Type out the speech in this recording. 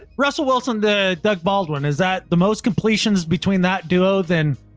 russell wilson, the doug baldwin, is that the most completions between that duo then,